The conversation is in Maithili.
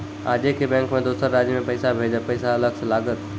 आजे के बैंक मे दोसर राज्य मे पैसा भेजबऽ पैसा अलग से लागत?